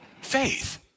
faith